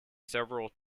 several